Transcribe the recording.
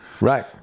Right